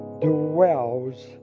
dwells